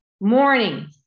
morning